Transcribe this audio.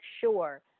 sure